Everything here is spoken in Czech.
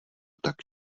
tak